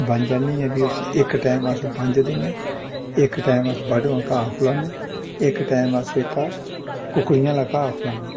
बंज आह्न्नियै भी उस्सी इक टैम अस बंज दिन्नें इक टैम अस बाढमां घा खलान्नें इक टैम अस एह्का कुक्कड़ियें आह्ला घा खलान्नें